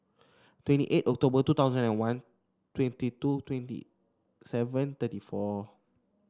twenty eight October two thousand and one twenty two twenty seven thirty four